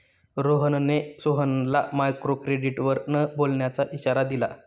रोहनने सोहनला मायक्रोक्रेडिटवर न बोलण्याचा इशारा दिला